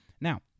Now